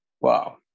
Wow